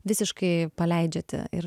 visiškai paleidžiate ir